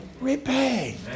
repay